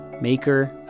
maker